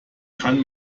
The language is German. kann